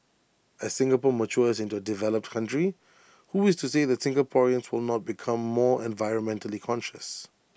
as Singapore matures into A developed country who is to say that Singaporeans will not become more environmentally conscious